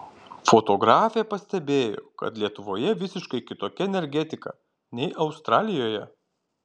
fotografė pastebėjo kad lietuvoje visiškai kitokia energetika nei australijoje